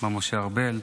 מר משה ארבל,